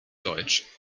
deutsch